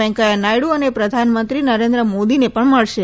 વેકેયા નાયડ઼ અને પ્રધાનમંત્રી નરેન્દ્ર મોદીને મળશે